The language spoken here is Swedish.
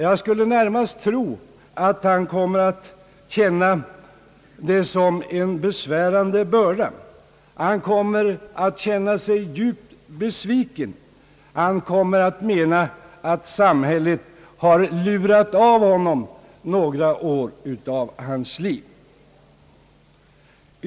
Jag skulle tro att han kommer att närmast känna det som en besvärande börda. Han kommer att känna sig djupt besviken. Han kommer att mena att samhället lurat honom på några år av hans liv.